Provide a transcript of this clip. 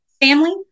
family